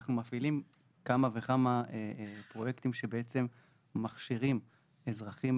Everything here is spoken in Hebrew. אנחנו מפעילים כמה וכמה פרויקטים שבעצם מכשירים אזרחים